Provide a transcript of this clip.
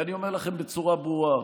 ואני אומר לכם בצורה ברורה: